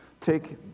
take